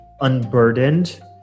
unburdened